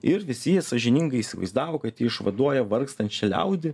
ir visi sąžiningai įsivaizdavo kad išvaduoja vargstančią liaudį